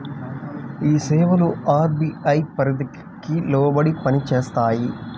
ఈ సేవలు అర్.బీ.ఐ పరిధికి లోబడి పని చేస్తాయా?